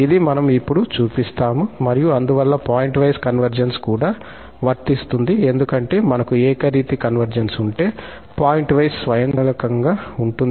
ఇది మనం ఇప్పుడు చూపిస్తాము మరియు అందువల్ల పాయింట్ వైస్ కన్వర్జెన్స్ కూడావర్తిస్తుంది ఎందుకంటే మనకు ఏకరీతి కన్వర్జెన్స్ ఉంటే పాయింట్వైస్ స్వయంచాలకంగా ఉంటుంది